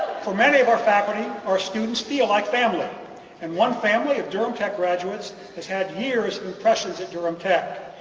for many of our faculty our students feel like family and one family of durham tech graduates has had years of impressions at durham tech.